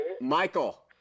Michael